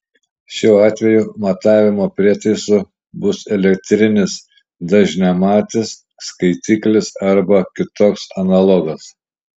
šiuo atveju matavimo prietaisu bus elektrinis dažniamatis skaitiklis arba kitoks analogas